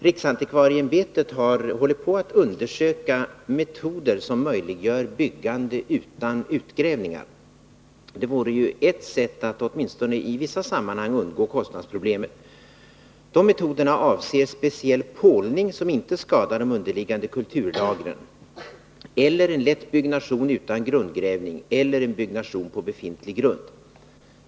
Riksantikvarieämbetet håller på att undersöka metoder som möjliggör byggande utan utgrävningar. Det vore ett sätt att åtminstone i vissa sammanhang undgå kostnadsproblemet. De metoderna avser speciellt pålning som inte skadar de underliggande kulturlagren, lätt byggnation utan grundgrävning eller en byggnation på befintlig grund.